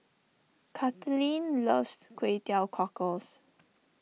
Kathaleen loves Kway Teow Cockles